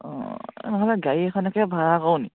অঁ নহ'লে গাড়ী এখনকে ভাড়া কৰোঁ নি